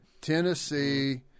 Tennessee